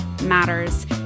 matters